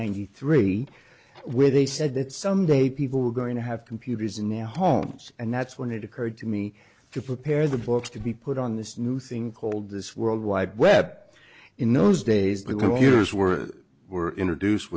hundred three where they said that someday people were going to have computers in their homes and that's when it occurred to me to prepare the books to be put on this new thing called this world wide web in those days because years were were introduced